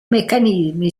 meccanismi